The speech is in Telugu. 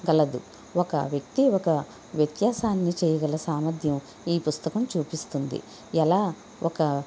కలదు ఒక వ్యక్తి ఒక వ్యత్యాసాన్ని చేయగల సామర్థ్యం ఈ పుస్తకం చూపిస్తుంది ఎలా ఒక